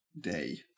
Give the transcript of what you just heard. day